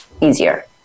easier